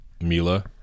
Mila